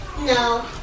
No